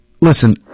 Listen